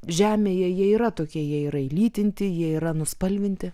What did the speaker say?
žemėje jie yra tokie jie yra įlytinti jie yra nuspalvinti